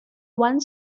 one